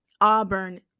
Auburn